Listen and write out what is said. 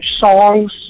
songs